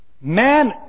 Man